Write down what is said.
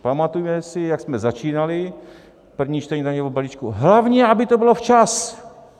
Pamatujeme si, jak jsme začínali první čtení daňového balíčku: Hlavně aby to bylo včas!